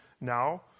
now